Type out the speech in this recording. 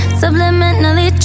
subliminally